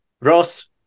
Ross